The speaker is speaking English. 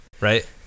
Right